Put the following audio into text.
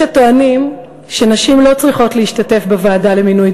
יש הטוענים שנשים לא צריכות להשתתף בוועדה למינוי